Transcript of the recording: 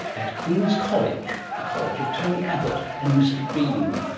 at queen's college, the college of tony abbott and mr bean.